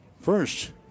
first